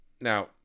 Now